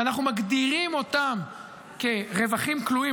שאנחנו מגדירים אותם כרווחים כלואים,